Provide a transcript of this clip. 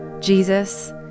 Jesus